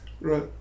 right